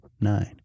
nine